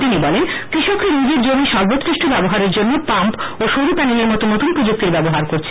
তিনি বলেন কৃষকরা নিজের জমির সর্বোতকৃষ্ট ব্যবহারের জন্য পাম্প ও সৌর প্যানেলের মত নতুন প্রযুক্তির ব্যবহার করছেন